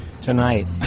Tonight